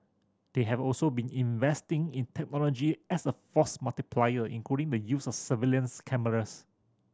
they have also been investing in technology as a force multiplier including the use of surveillance cameras